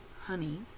honey